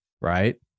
right